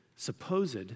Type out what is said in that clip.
Supposed